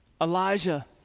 Elijah